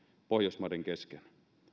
pohjoismaiden kesken